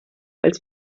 als